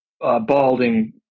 balding